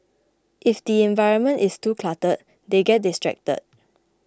if the environment is too cluttered they get distracted